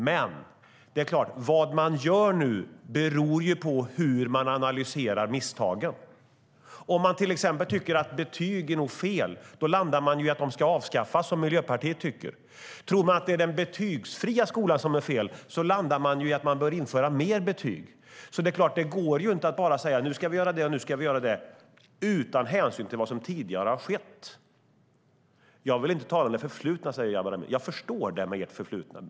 Men vad man gör nu beror ju på hur man analyserar misstagen. Om man till exempel tycker att betyg är något fel landar man i att de ska avskaffas, som Miljöpartiet gör. Tror man att det är den betygsfria skolan som är fel landar man i att vi bör införa mer betyg. Det går inte att bara säga att nu ska vi göra det ena och det andra utan hänsyn till vad som tidigare har skett. Jag vill inte tala om det förflutna, säger Jabar Amin, och jag förstår det med tanke på ert förflutna.